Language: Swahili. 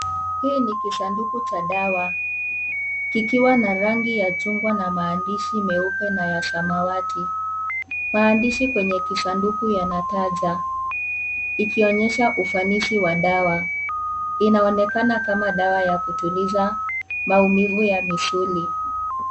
Hii ni kisanduku cha dawa kikiwa na rangi ya chungwa na maandishi meupe na ya samawati. Maandishi kwenye kisanduku yanataja ikionyesha ufanisi wa dawa. Inaonekana kama dawa ya kutuliza maumivu ya misuli.